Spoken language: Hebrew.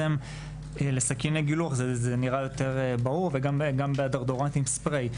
לסכיני הגילוח זה נראה ברור יותר וגם לדאודורנטים ספריי.